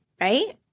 Right